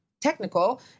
technical